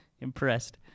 impressed